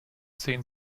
zehn